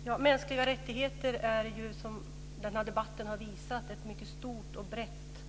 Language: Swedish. Fru talman! Mänskliga rättigheter är, som den här debatten har visat, ett mycket stort, brett